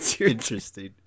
Interesting